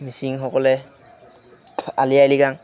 মিচিংসকলে আলি আঃয়ে লৃগাং